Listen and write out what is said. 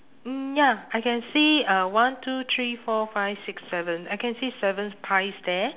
mm ya I can see uh one two three four five six seven I can see seven pies there